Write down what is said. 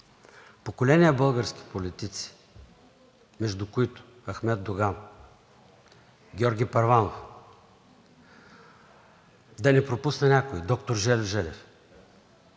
поколение български политици, между които Ахмед Доган, Георги Първанов, да не пропусна някой – доктор Жельо Желев,